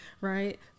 right